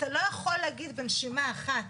אתה לא יכול להגיד בנשימה אחת,